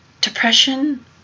depression